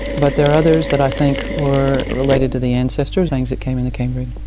but there are others that i think were related to the ancestors, things that came in the cambrian.